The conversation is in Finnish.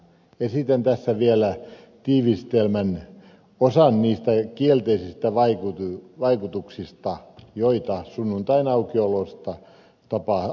esitän tässä vielä tiivistelmän osan niistä kielteisistä vaikutuksista joita sunnuntaiaukioloajoista tapahtuu